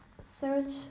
search